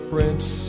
Prince